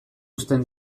uzten